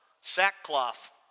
sackcloth